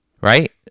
right